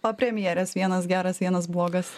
o premjeras vienas geras vienas blogas